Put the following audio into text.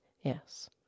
Yes